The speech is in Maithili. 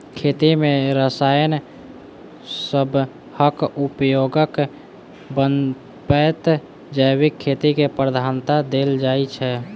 खेती मे रसायन सबहक उपयोगक बनस्पैत जैविक खेती केँ प्रधानता देल जाइ छै